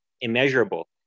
immeasurable